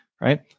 right